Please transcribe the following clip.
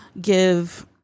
give